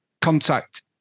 contact